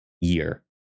year